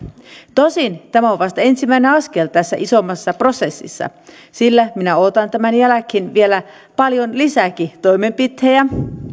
tosin tämä on vasta ensimmäinen askel tässä isommassa prosessissa sillä minä odotan tämän jälkeen vielä paljon lisääkin toimenpiteitä